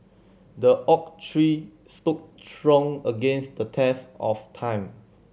the oak tree stood strong against the test of time